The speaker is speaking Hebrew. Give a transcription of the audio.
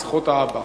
מסכות האב"כ.